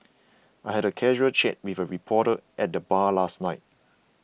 I had a casual chat with a reporter at the bar last night